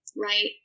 right